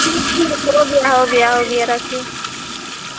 ठीक छै हो गया हो गया हो गया रखिए